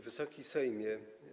Wysoki Sejmie!